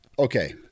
okay